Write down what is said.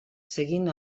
seguint